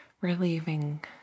relieving